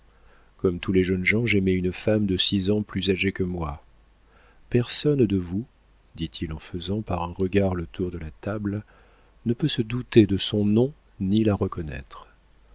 comme tous les jeunes gens j'aimais une femme de six ans plus âgée que moi personne de vous dit-il en faisant par un regard le tour de la table ne peut se douter de son nom ni la reconnaître